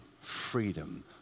freedom